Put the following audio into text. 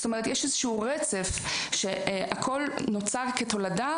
זאת אומרת יש איזשהו רצף שהכול נוצר כתולדה